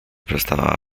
przestawała